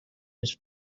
his